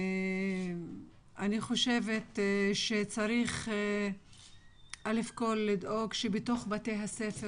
אני חושבת שצריך לדאוג שבתוך בתי הספר